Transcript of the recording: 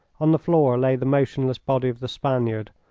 on the floor lay the motionless body of the spaniard,